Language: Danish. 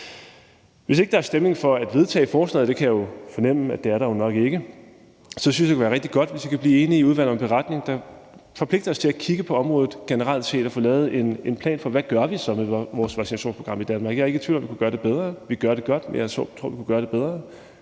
Hvis ikke der er stemning for at vedtage forslaget – og det kan jeg jo fornemme at der nok ikke er – synes jeg, det vil være rigtig godt, hvis vi i udvalget kan blive enige om en beretning, der forpligter os til at kigge på området generelt set og få lavet en plan for, hvad vi så gør med vores vaccinationsprogram i Danmark. Jeg er ikke i tvivl om, at vi kunne gøre det bedre – vi gør det godt, men jeg tror, vi kunne gøre det bedre